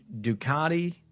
Ducati